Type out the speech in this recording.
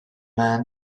man